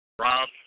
rob